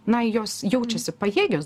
na jos jaučiasi pajėgios